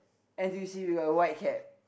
N_T_U_C we got white cap